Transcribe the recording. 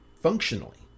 Functionally